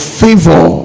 favor